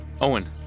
Owen